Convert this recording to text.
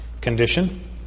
condition